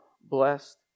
blessed